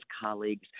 colleagues